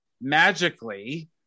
magically